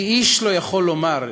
כי איש לא יכול לומר,